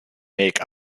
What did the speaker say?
make